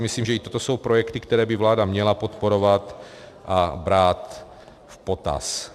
Myslím si, že i toto jsou projekty, které by vláda měla podporovat a brát v potaz.